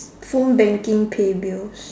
phone banking pay bills